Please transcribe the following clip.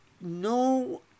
no